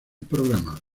programa